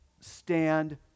stand